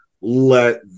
let